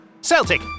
Celtic